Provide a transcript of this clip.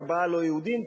ארבעה לא יהודים,